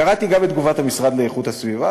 קראתי גם את תגובת המשרד להגנת הסביבה,